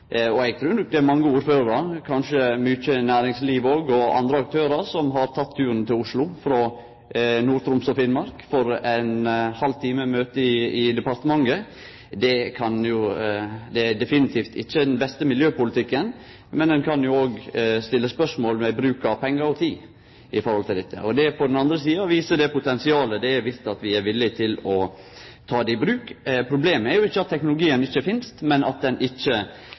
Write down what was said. og eg trur nok det er mange ordførarar, kanskje mykje næringslivet òg og andre aktørar som har teke turen til Oslo frå Nord-Troms og Finnmark for ein halv times møte i departementet. Det er definitivt ikkje den beste miljøpolitikken, men ein kan jo òg stille spørsmål ved bruken av pengar og tid når det gjeld dette. På den andre sida viser det potensialet dersom vi er villige til å ta det i bruk. Problemet er ikkje at teknologien ikkje finst, men at han ikkje